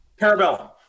Parabellum